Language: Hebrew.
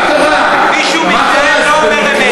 מישהו לא אומר אמת.